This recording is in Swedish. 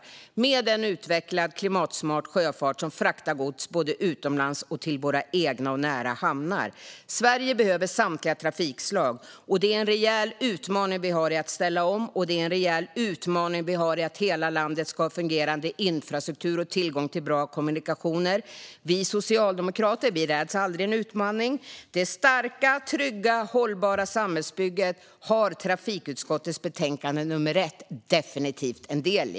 Det måste fortsätta med en utvecklad, klimatsmart sjöfart som fraktar gods både utomlands och till våra egna och nära hamnar. Sverige behöver samtliga trafikslag. Vi har en rejäl utmaning i att ställa om. Vi har också en rejäl utmaning i att hela landet ska ha en fungerande infrastruktur och tillgång till bra kommunikationer. Vi socialdemokrater räds aldrig en utmaning. Det starka, trygga och hållbara samhällsbygget har trafikutskottets betänkande 1 definitivt en del i.